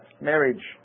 marriage